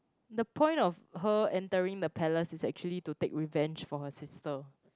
the point of her entering the palace is actually to take revenge for her sister